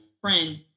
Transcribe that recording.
friend